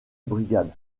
brigade